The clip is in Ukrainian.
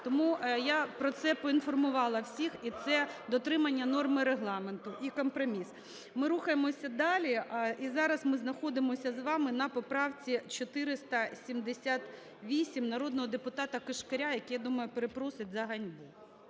Тому я про це поінформувала всіх, і це – дотримання норми Регламенту і компроміс. Ми рухаємося далі. І зараз ми знаходимося з вами на поправці 478 народного депутата Кишкаря, який, я думаю, перепросить за "ганьбу"